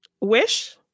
Wish